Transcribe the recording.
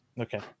okay